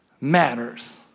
matters